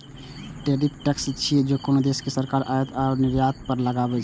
tariff tax छियै, जे कोनो देशक सरकार आयात अथवा निर्यात पर लगबै छै